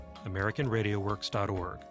americanradioworks.org